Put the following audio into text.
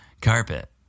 carpet